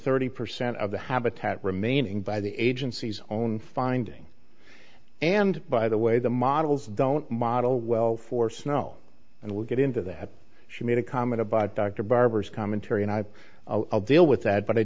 thirty percent of the habitat remaining by the agency's own finding and by the way the models don't model well for snow and we'll get into that she made a comment about dr barber's commentary and i deal with that but i